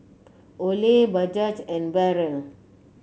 Olay Bajaj and Barrel